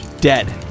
Dead